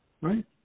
Right